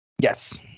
Yes